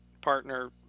partner